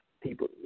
people